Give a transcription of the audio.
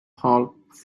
hawks